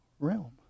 realm